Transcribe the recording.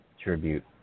tribute